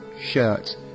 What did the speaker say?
shirt